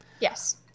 yes